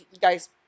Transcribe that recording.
guys